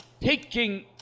taking